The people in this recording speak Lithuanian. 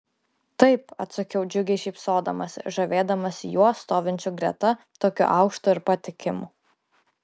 taip atsakiau džiugiai šypsodamasi žavėdamasi juo stovinčiu greta tokiu aukštu ir patikimu